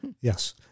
yes